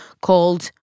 called